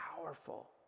powerful